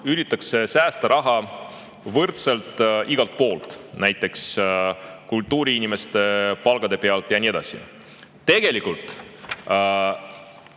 üritatakse säästa võrdselt igalt poolt, näiteks kultuuriinimeste palkade pealt ja nii edasi. Tegelikult